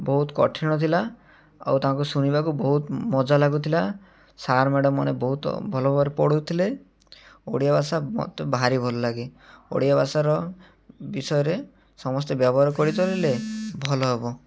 ବହୁତ କଠିନ ଥିଲା ଆଉ ତାଙ୍କୁ ଶୁଣିବାକୁ ବହୁତ ମଜା ଲାଗୁଥିଲା ସାର୍ ମ୍ୟାଡ଼ମ୍ ମାନେ ବହୁତ ଭଲ ଭାବରେ ପଢ଼ୁଥିଲେ ଓଡ଼ିଆ ଭାଷା ମତେ ଭାରି ଭଲ ଲାଗେ ଓଡ଼ିଆ ଭାଷାର ବିଷୟରେ ସମସ୍ତେ ବ୍ୟବହାର କରି ଚଳିଲେ ଭଲ ହବ